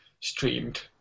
streamed